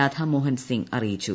രാധാമോഹൻസിംഗ് അറിയിച്ചു